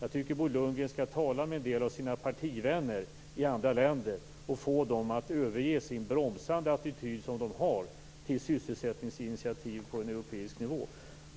Jag tycker att Bo Lundgren skall tala med en del av sina partivänner i andra länder och få dem att överge den bromsande attityd som de har till sysselsättningsinitiativ på en europeisk nivå.